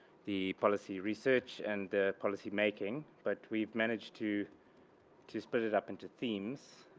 the policy research and policy making, but we've managed to to split it up into themes